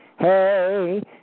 Hey